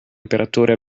imperatore